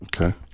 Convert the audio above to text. okay